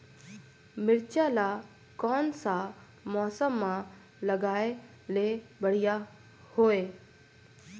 मिरचा ला कोन सा मौसम मां लगाय ले बढ़िया हवे